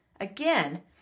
again